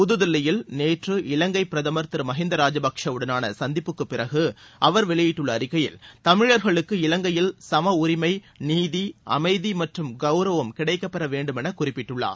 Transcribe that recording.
புதுதில்லியில் நேற்று இலங்கை பிரதமர் திரு மஹிந்தா ராஜபக்சே வுடனான சந்திப்புக்குப் பிறகு அவர் வெளியிட்டுள்ள அறிக்கையில் தமிழர்களுக்கு இலங்கையில் சம உரிமை நீதி அமதி மற்றும் கௌரவம் கிடைக்கப் பெற வேண்டும் என குறிப்பிட்டுள்ளார்